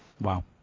Wow